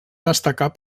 destacar